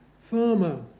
farmer